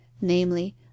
namely